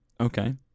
okay